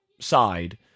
side